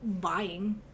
buying